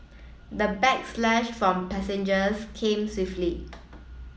the backslash from passengers came swiftly